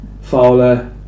Fowler